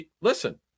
Listen